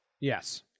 Yes